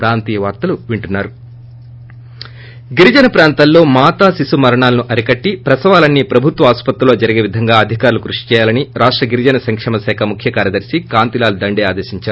break గిరిజన ప్రాంతాలలో మాతా శిశు మరణాలను అరికట్టి ప్రసవాలన్సీ ప్రభుత్వాస్పత్రులలో జరిగేలా అధికారులు కృషి చేయాలని రాష్ట గిరిజన సంక్షేమ శాఖ ముఖ్య కార్యదర్శి కాంతిలాల్ దండే ఆదేశిందారు